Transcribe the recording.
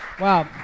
Wow